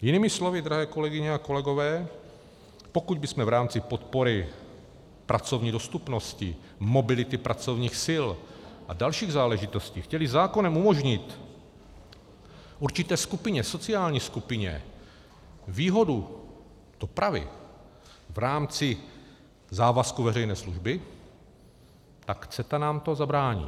Jinými slovy, drahé kolegyně a kolegové, pokud bychom v rámci podpory pracovní dostupnosti, mobility pracovních sil a dalších záležitostí chtěli zákonem umožnit určité skupině, sociální skupině výhodu dopravy v rámci závazku veřejné služby, tak CETA nám v tom zabrání.